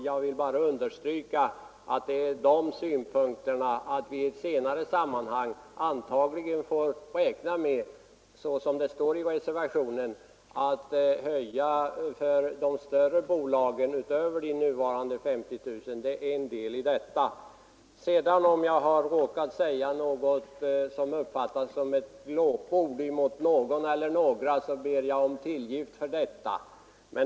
Jag vill bara understryka att vi i ett senare sammanhang antagligen får räkna med att såsom står i reservationen höja beloppet utöver 50 000 kronor för de större bolagen. Om jag har råkat säga något som kan uppfattas såsom ett glåpord mot någon eller några, ber jag om tillgift för detta.